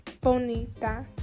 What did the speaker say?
bonita